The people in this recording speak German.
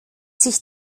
sich